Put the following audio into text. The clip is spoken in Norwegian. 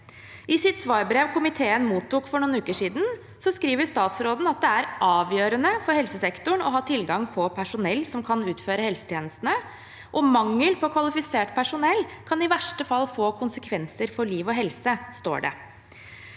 I sitt svarbrev, som komiteen mottok for noen uker siden, skriver statsråden at det er avgjørende for helsesektoren å ha tilgang på personell som kan utføre helsetjenestene, og at mangel på kvalifisert personell i verste fall kan få konsekvenser for liv og helse. Høyre